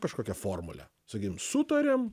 kažkokią formulę sakykim sutariam